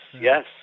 yes